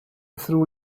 through